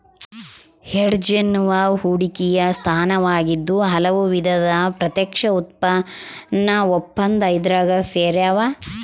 hedge ಎನ್ನುವುದು ಹೂಡಿಕೆಯ ಸ್ಥಾನವಾಗಿದ್ದು ಹಲವು ವಿಧದ ಪ್ರತ್ಯಕ್ಷ ಉತ್ಪನ್ನ ಒಪ್ಪಂದ ಇದ್ರಾಗ ಸೇರ್ಯಾವ